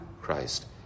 Christ